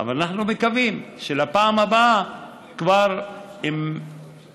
אבל אנחנו מקווים שבפעם הבאה כבר יהיו